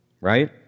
Right